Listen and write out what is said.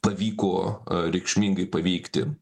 pavyko reikšmingai paveikti